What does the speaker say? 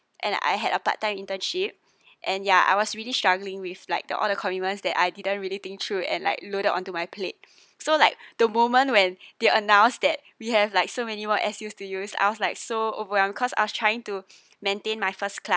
and I had a part time internship and ya I was really struggling with like the all the commitments that I didn't really think through and like loaded onto my plate so like the moment when they announced that we have like so many more excuse to use I was like so overwhelmed cause I was trying to maintain my first class